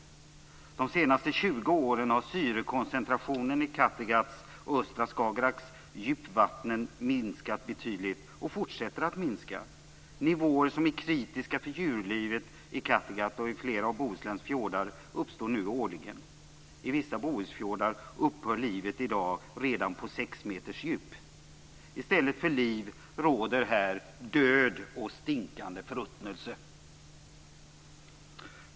Under de senaste 20 åren har syrekoncentrationen i Kattegatts och östra Skagerraks djupvatten minskat betydligt och fortsätter att minska. Nivåer som är kritiska för djurlivet i Kattegatt och i flera av Bohusläns fjordar uppstår nu årligen. I vissa bohusfjordar upphör livet i dag redan på sex meters djup. I stället för liv råder här död och stinkande förruttnelse.